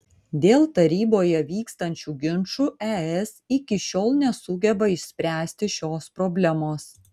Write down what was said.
dėl taryboje vykstančių ginčų es iki šiol nesugeba išspręsti šios problemos